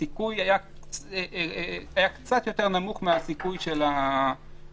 הסיכוי היה קצת יותר נמוך מהסיכוי של ההגרלה